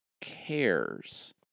cares